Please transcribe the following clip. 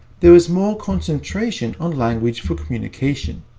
there was more concentration on language for communication.